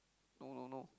no no no